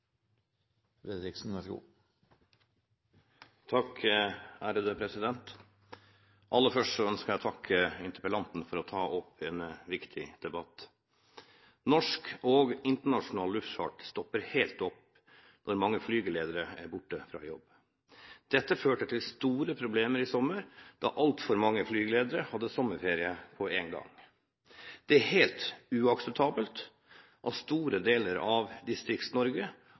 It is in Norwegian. Aller først ønsker jeg å takke interpellanten for å ta opp en viktig debatt. Norsk og internasjonal luftfart stopper helt opp når mange flygeledere er borte fra jobb. Dette førte til store problemer i sommer, da altfor mange flygeledere hadde sommerferie på en gang. Det er helt uakseptabelt at store deler av